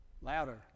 Louder